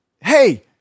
hey